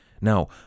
Now